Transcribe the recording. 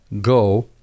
Go